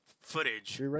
footage